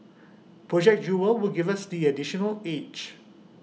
project jewel will give us this additional edge